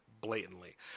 blatantly